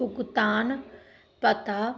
ਭੁਗਤਾਨ ਪਤਾ